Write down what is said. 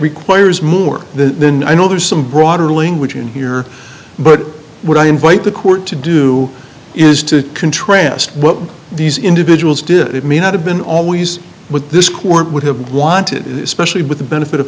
requires more then i know there's some broader language in here but what i invite the court to do is to contrast what these individuals did it may not have been always but this court would have wanted especially with the benefit of